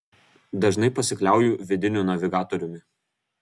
dažnai pasikliauju vidiniu navigatoriumi